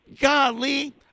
Golly